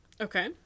Okay